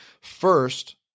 first